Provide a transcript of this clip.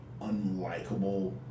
unlikable